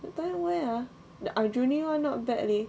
uh where ah the aljunied [one] not bad leh